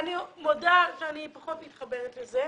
ואני מודה שאני פחות מתחברת לזה,